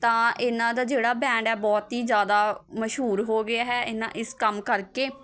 ਤਾਂ ਇਨ੍ਹਾਂ ਦਾ ਜਿਹੜਾ ਬੈਂਡ ਹੈ ਬਹੁਤ ਹੀ ਜ਼ਿਆਦਾ ਮਸ਼ਹੂਰ ਹੋ ਗਿਆ ਹੈ ਇਨ੍ਹਾਂ ਇਸ ਕੰਮ ਕਰਕੇ